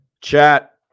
Chat